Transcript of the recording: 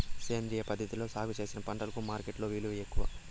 సేంద్రియ పద్ధతిలో సాగు చేసిన పంటలకు మార్కెట్టులో విలువ ఎక్కువ